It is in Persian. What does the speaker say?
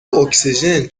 اکسیژن